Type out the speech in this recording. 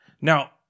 Now